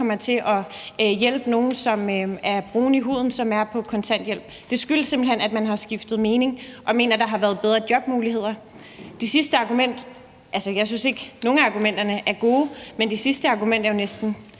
kommer til at hjælpe nogle, som er brune i huden, og som er på kontanthjælp. Det skyldes simpelt hen, at man har skiftet mening og mener, at der har været bedre jobmuligheder. I forhold til det sidste argument – altså, jeg synes ikke, nogen af argumenterne er gode – er det næsten